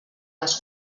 les